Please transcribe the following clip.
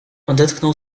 odetchnął